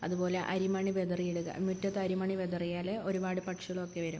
അതുപോലെ അരിമണി വിതറിയിടുക മുറ്റത്ത് അരിമണി വിതറിയാല് ഒരുപാട് പക്ഷികളൊക്കെ വരും